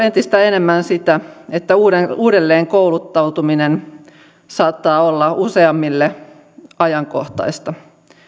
entistä enemmän sitä että uudelleen uudelleen kouluttautuminen saattaa olla useammille ajankohtaista